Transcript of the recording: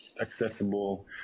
accessible